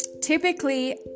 Typically